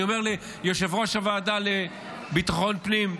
אני אומר ליושב-ראש הוועדה לביטחון פנים,